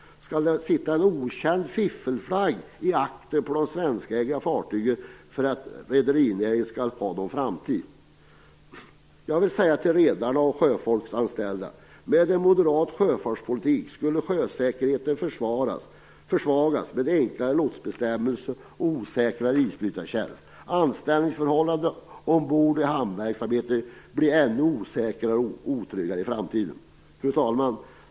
Skall det sitta en okänd fiffelflagg i aktern på de svenskägda fartygen för att rederinäringen skall ha någon framtid? Jag vill säga till redarna och de sjöfolksanställda: Med en moderat sjöfartspolitik skulle sjösäkerheten försvagas, med förenklade lotsbestämmelser och osäker isbrytartjänst. Anställningsförhållandena ombord och i hamnverksamheten skulle i framtiden bli ännu otryggare och osäkrare. Fru talman!